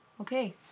Okay